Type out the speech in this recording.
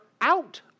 out